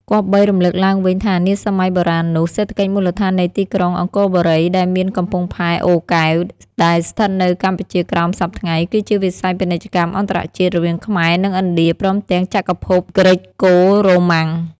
គប្បីរំលឹកឡើងវិញថានាសម័យបុរាណនោះ សេដ្ឋកិច្ចមូលដ្ឋាននៃទីក្រុង អង្គរបូរី ដែលមានកំពង់ផែអូរកែវ ដែលស្ថិតនៅកម្ពុជាក្រោមសព្វថ្ងៃ គឺជាវិស័យ ពាណិជ្ជកម្មអន្តរជាតិ រវាងខ្មែរនឹងឥណ្ឌា ព្រមទាំងចក្រភព ហ្គ្រិចកូ-រ៉ូម៉ាំង ។